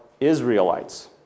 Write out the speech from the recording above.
Israelites